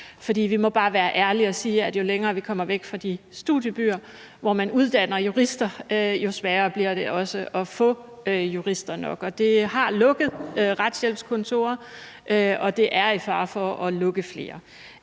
vi må bare være ærlige og sige, at jo længere væk vi kommer fra de studiebyer, hvor man uddanner jurister, jo sværere bliver det også at få jurister nok, og der er blevet lukket retshjælpskontorer, og det er i fare for at lukke flere.